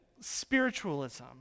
spiritualism